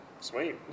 sweet